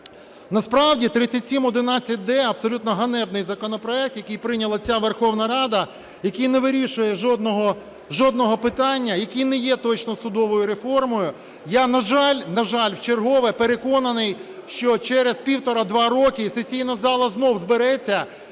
насправді 3711-д – абсолютно ганебний законопроект, який прийняла ця Верховна Рада, який не вирішує жодного питання, який не є точно судовою реформою. Я, на жаль, на жаль, вчергове переконаний, що через півтора-два роки сесійна зала знову збереться,